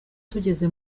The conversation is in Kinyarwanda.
tugeze